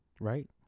right